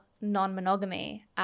non-monogamy